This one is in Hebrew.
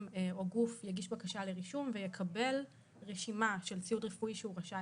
או גוף יגיש בקשה לרישום ויקבל רשימה של ציוד רפואי שהוא רשאי